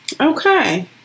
Okay